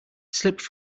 slipped